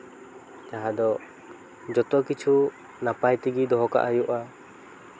ᱡᱟᱦᱟᱸ ᱫᱚ ᱡᱚᱛᱚ ᱠᱤᱪᱷᱩ ᱱᱟᱯᱟᱭ ᱛᱮᱜᱮ ᱫᱚᱦᱚ ᱠᱟᱜ ᱦᱩᱭᱩᱜᱼᱟ